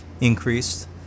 increased